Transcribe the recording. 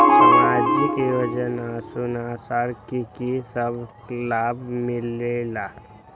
समाजिक योजनानुसार कि कि सब लाब मिलीला?